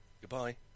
Goodbye